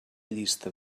llista